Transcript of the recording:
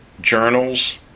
journals